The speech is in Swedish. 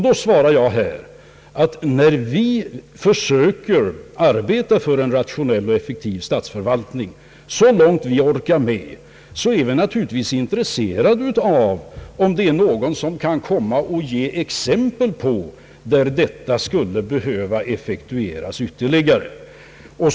Då svarar jag här, att när vi försöker arbeta för en rationell och effektiv statsförvaltning, så långt vi orkar, är vi naturligtvis intresserade om det är någon som kan ge exempel på områden där detta skulle behöva effektiviseras ytterligare.